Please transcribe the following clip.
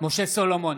משה סולומון,